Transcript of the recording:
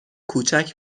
کوچک